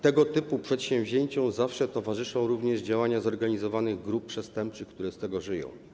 Tego typu przedsięwzięciom zawsze towarzyszą również działania zorganizowanych grup przestępczych, które z tego żyją.